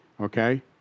Okay